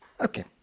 okay